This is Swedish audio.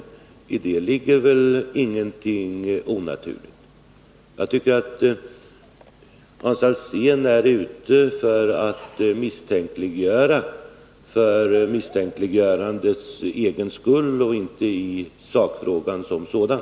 Det ligger väl inget onaturligt i det. Jag tycker att Hans Alsén är ute för att misstänkliggöra för misstänkliggörandets egen skull och inte i sakfrågan som sådan.